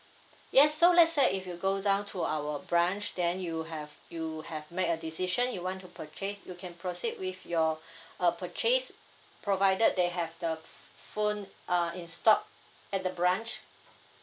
yes so let's say if you go down to our branch then you'll have you have made a decision you want to purchase you can proceed with your uh purchase provided they have the phone uh in stock at the branch